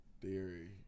Theory